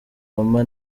obama